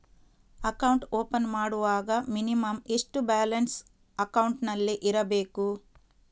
Account open ಮಾಡುವಾಗ minimum ಎಷ್ಟು balance ಅಕೌಂಟಿನಲ್ಲಿ ಇರಬೇಕು?